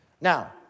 Now